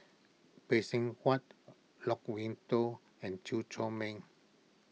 Phay Seng Whatt Loke Wan Tho and Chew Chor Meng